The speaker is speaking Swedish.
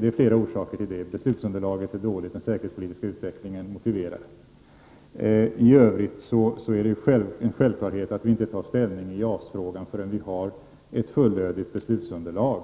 finns flera orsaker till det: Beslutsunderlaget är dåligt. Den säkerhetspolitiska utvecklingen motiverar det. I övrigt är det en självklarhet att vi inte tar ställning i JAS-frågan förrän vi har ett fullödigt beslutsunderlag.